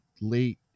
late